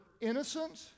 innocent